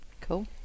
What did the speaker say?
Cool